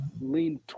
Lean